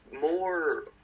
more